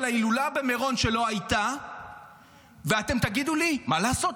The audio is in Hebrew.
ההילולה במירון שלא הייתה ותגידו לי: מה לעשות,